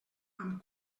amb